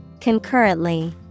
concurrently